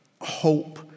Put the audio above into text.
hope